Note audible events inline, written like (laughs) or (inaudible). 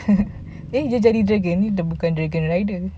(laughs) eh dia jadi dragon ini bukan jadi dragon rider